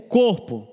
corpo